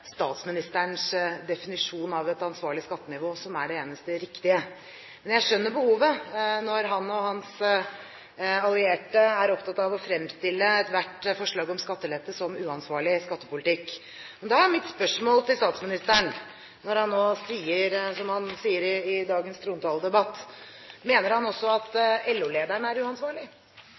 statsministerens definisjon av et ansvarlig skattenivå som er det eneste riktige. Men jeg skjønner behovet når han og hans allierte er opptatt av å fremstille ethvert forslag om skattelette som uansvarlig skattepolitikk. Da er mitt spørsmål til statsministeren, når han nå sier som han sier i dagens trontaledebatt: Mener han også at LO-lederen er uansvarlig?